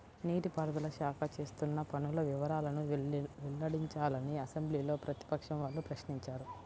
నీటి పారుదల శాఖ చేస్తున్న పనుల వివరాలను వెల్లడించాలని అసెంబ్లీలో ప్రతిపక్షం వాళ్ళు ప్రశ్నించారు